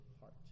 heart